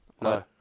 No